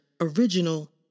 original